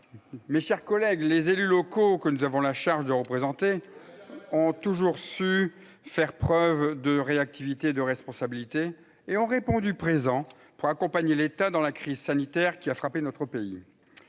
mes chers collègues, les élus locaux que nous avons la charge de représenter, ont toujours su faire preuve de réactivité, de responsabilité et ont répondu présents pour accompagner l'État dans la crise sanitaire qui a frappé notre pays,